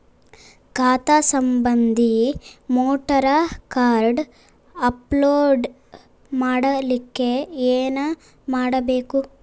ಖಾತಾ ಸಂಬಂಧಿ voter card upload ಮಾಡಲಿಕ್ಕೆ ಏನ ಮಾಡಬೇಕು?